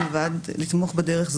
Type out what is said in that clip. מלבד לתמוך בדרך זאת,